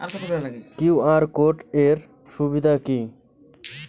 QR code এর সুবিধা কি?